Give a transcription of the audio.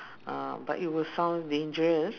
uh but it will sound dangerous